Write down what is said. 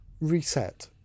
reset